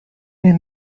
wir